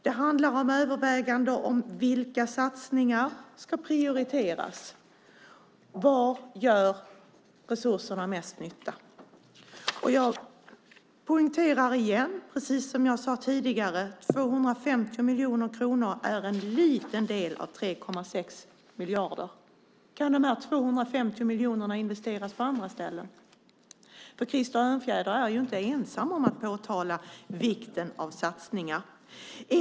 Det handlar om övervägande om vilka satsningar som ska prioriteras. Var gör resurserna mest nytta? Jag poängterar igen, precis som jag gjorde tidigare, att 250 miljoner kronor är en liten del av 3,6 miljarder. Kan dessa 250 miljoner investeras på andra ställen? Krister Örnfjäder är inte ensam om att påtala vikten av satsningar.